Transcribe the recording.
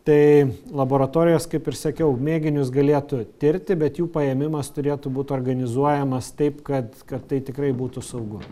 tai laboratorijos kaip ir sakiau mėginius galėtų tirti bet jų paėmimas turėtų būt organizuojamas taip kad kad tai tikrai būtų saugu